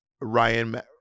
Ryan